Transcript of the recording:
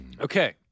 Okay